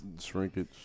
Shrinkage